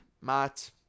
Matt